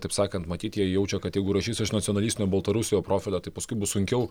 taip sakant matyt jie jaučia kad jeigu rašys iš nacionalistinio baltarusio profilio tai paskui bus sunkiau